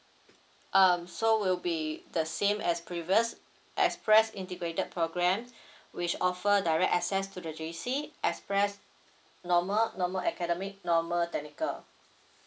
um so will be the same as previous express integrated program which offer direct access to the J_C express normal normal academic normal technical